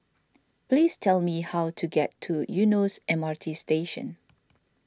please tell me how to get to Eunos M R T Station